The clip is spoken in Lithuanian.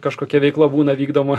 kažkokia veikla būna vykdoma